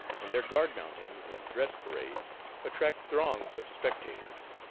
and their guard mountings and dress parades attract throngs of spectators.